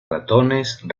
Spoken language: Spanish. ratones